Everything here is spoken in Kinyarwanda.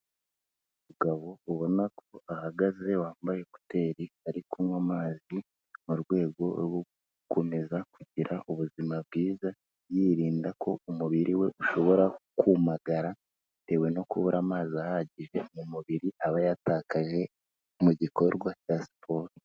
Umugabo ubona ko ahagaze wambaye ekuteri ari kunywa amazi, mu rwego rwo gukomeza kugira ubuzima bwiza, yirinda ko umubiri we ushobora kumagara, bitewe no kubura amazi ahagije mu mubiri, aba yatakaje mu gikorwa cya siporo.